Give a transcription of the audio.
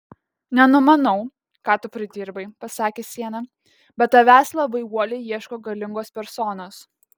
nenumanau ką tu pridirbai pasakė siena bet tavęs labai uoliai ieško galingos personos